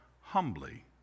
humbly